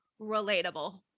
relatable